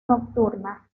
nocturna